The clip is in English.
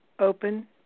open